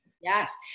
Yes